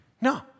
No